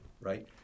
right